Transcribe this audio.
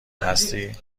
هستی